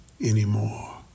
anymore